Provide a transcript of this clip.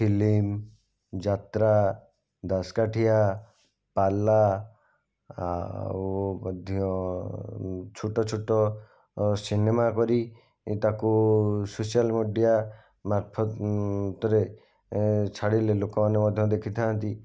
film ଯାତ୍ରା ଦାସକାଠିଆ ପାଲା ଆଉ ମଧ୍ୟ ଛୋଟ ଛୋଟ ସିନେମା କରି ତାକୁ ସୋସିଆଲ ମିଡ଼ିଆ ମାର୍ଫନ୍ତ ରେ ଛାଡ଼ିଲେ ଲୋକମାନେ ମଧ୍ୟ ଦେଖିଥାନ୍ତି